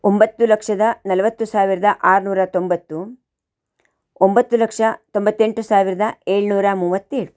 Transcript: ಒಂಬತ್ತು ಲಕ್ಷದ ನಲ್ವತ್ತು ಸಾವಿರದ ಆರ್ನೂರ ತೊಂಬತ್ತು ಒಂಬತ್ತು ಲಕ್ಷ ತೊಂಬತ್ತೆಂಟು ಸಾವಿರದ ಏಳ್ನೂರ ಮೂವತ್ತೇಳು